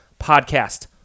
podcast